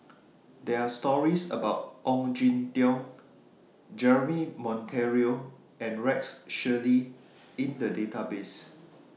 There Are stories about Ong Jin Teong Jeremy Monteiro and Rex Shelley in The Database